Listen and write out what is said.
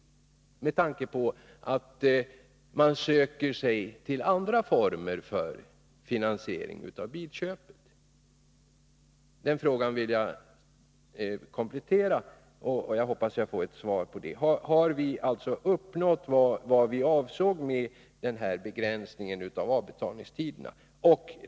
Det kan man fråga sig med tanke på att bilköparna söker sig till andra former för finansieringen av bilköpet Jag vill därför till ekonomiministern ställa en kompletterande fråga, som jag hoppas få svar på: Har vi uppnått vad vi avsåg med begränsningen av avbetalningstiderna?